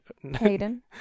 Hayden